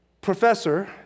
professor